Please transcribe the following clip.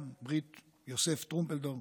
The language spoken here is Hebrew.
ברית יוסף טרומפלדור,